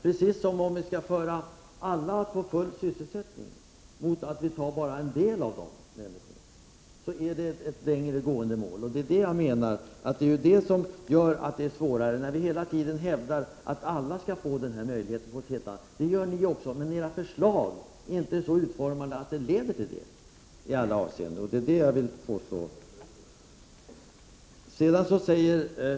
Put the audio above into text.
Precis som när det gäller att föra alla till full sysselsättning och inte bara en del människor, har vi ett längre gående mål, och det är det som gör det svårare. Vi hävdar att alla skall ha denna möjlighet. Det säger visserligen ni också, men era förslag är inte så utformade att de leder till detta i alla avseenden. Det är det jag vill påstå.